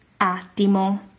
attimo